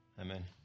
Amen